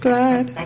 glad